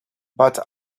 but